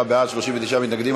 27 בעד, 39 מתנגדים.